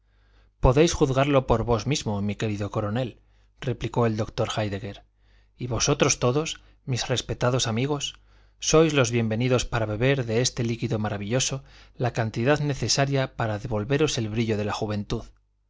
podéis juzgarlo por vos mismo mi querido coronel replicó el doctor héidegger y vosotros todos mis respetados amigos sois los bienvenidos para beber de este líquido maravilloso la cantidad necesaria para devolveros el brillo de la juventud